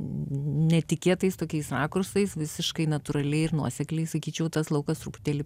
netikėtais tokiais rakursais visiškai natūraliai ir nuosekliai sakyčiau tas laukas truputėlį